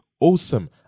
awesome